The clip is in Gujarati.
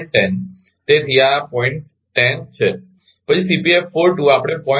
10 છે પછી આપણે 0